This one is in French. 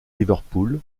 liverpool